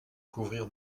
couvrir